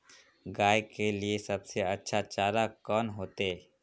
गाय के लिए सबसे अच्छा चारा कौन होते?